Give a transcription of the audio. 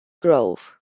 grove